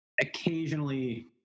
occasionally